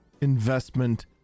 investment